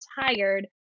tired